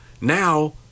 now